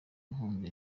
inkunga